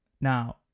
Now